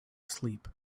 sleep